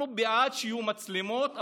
אנחנו בעד שיהיו מצלמות,